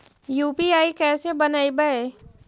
UPI कैसे बनइबै?